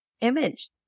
image